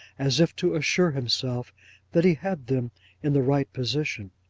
as if to assure himself that he had them in the right position.